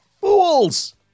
fools